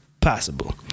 possible